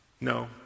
No